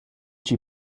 chi